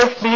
F B